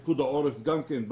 פיקוד העורף גם כן,